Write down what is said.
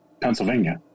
Pennsylvania